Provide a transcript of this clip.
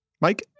Mike